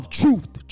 truth